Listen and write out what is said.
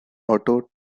otto